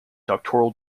doctoral